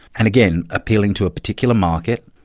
and again, appealing to a particular market,